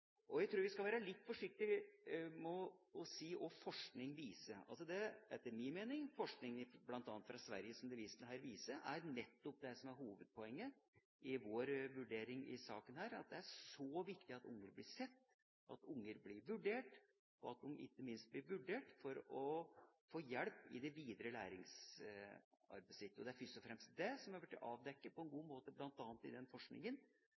Jeg tror vi skal være litt forsiktige med å si hva forskning viser. Etter min mening viser forskninga bl.a. fra Sverige, som det vises til her, nettopp det som er hovedpoenget i vår vurdering i denne saken, at det er viktig at unger blir sett, at unger blir vurdert, og at de ikke minst blir vurdert med tanke på hjelp i det videre læringsarbeidet. Det er først og fremst det som har blitt avdekket på en god måte i den